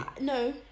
no